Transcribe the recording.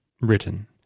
written